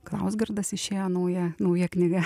klausgardas išėjo nauja nauja knyga